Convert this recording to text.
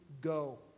go